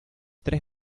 tres